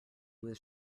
was